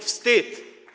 Wstyd.